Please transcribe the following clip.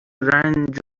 رنج